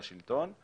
לשלטון;